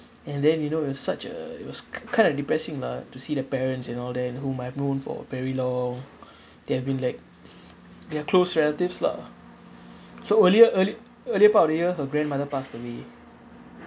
and then you know it was such a it was k~ kind of depressing lah to see the parents and all that and whom I've known for very long they have been like we're close relatives lah so earlier earl~ earlier part of the year her grandmother passed away